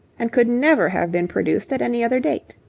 and could never have been produced at any other date.